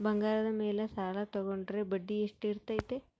ಬಂಗಾರದ ಮೇಲೆ ಸಾಲ ತೋಗೊಂಡ್ರೆ ಬಡ್ಡಿ ಎಷ್ಟು ಇರ್ತೈತೆ?